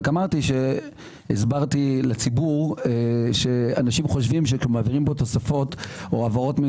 רק הסברתי לציבור שאנשים חושבים שמעבירים פה תוספות או העברות,